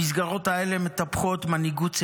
המסגרות האלה מטפחות מנהיגות צעירה,